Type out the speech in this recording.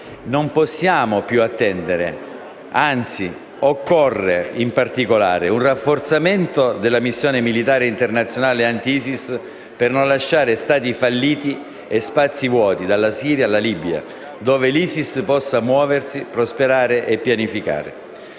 Non possiamo più attendere. Occorre, in particolare, un rafforzamento della missione militare internazionale anti-ISIS per non lasciare Stati falliti e spazi vuoti, dalla Siria alla Libia, dove l'ISIS possa muoversi, prosperare e pianificare.